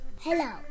Hello